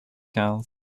quinze